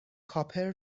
کاپر